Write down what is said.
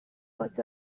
was